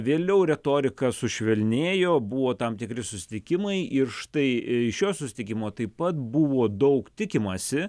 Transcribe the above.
vėliau retorika sušvelnėjo buvo tam tikri susitikimai ir štai šio susitikimo taip pat buvo daug tikimasi